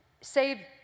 save